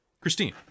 Christine